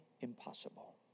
impossible